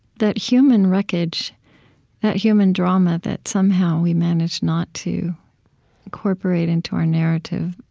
that human wreckage, that human drama, that somehow we managed not to incorporate into our narrative,